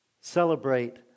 celebrate